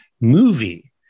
movie